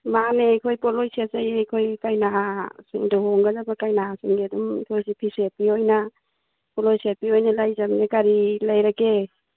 ꯃꯥꯅꯦ ꯑꯩꯈꯣꯏ ꯄꯣꯠꯂꯣꯏ ꯁꯦꯠꯆꯩꯌꯦ ꯑꯩꯈꯣꯏ ꯀꯩꯅꯥ ꯂꯨꯍꯣꯡꯒꯗꯕ ꯀꯩꯅꯥꯁꯤꯡꯒꯤ ꯑꯗꯨꯝ ꯑꯩꯈꯣꯏꯁꯤ ꯐꯤꯁꯦꯠꯄꯤ ꯑꯣꯏꯅ ꯄꯣꯠꯂꯣꯏ ꯁꯦꯠꯄꯤ ꯑꯣꯏꯅ ꯂꯩꯖꯝꯅꯦ ꯀꯔꯤ ꯂꯩꯔꯒꯦ